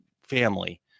family